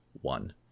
one